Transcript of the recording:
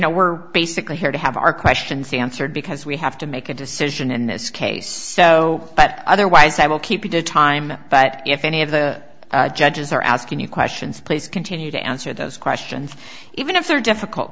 know we're basically here to have our questions answered because we have to make a decision in this case so but otherwise i will keep you to time but if any of the judges are asking you questions please continue to answer those questions even if they're difficult